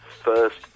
first